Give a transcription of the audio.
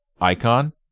Icon